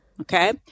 Okay